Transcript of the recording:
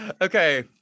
Okay